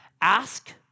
ask